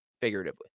Figuratively